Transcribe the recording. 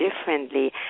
differently